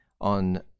on